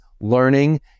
learning